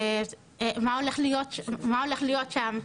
מה הולך להיות שם?